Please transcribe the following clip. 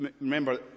Remember